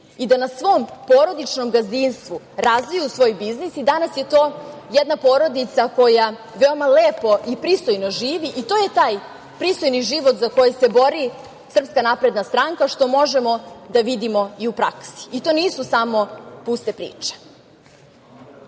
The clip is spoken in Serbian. i da na svom porodičnom gazdinstvu razviju svoj biznis. Danas je to jedna porodica koja veoma lepo i pristojno živi i to je taj pristojni život za koji se bori Srpska napredna stranka, što možemo da vidimo u praksi, i to nisu samo puste